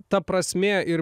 ta prasmė ir